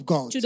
God